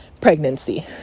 pregnancy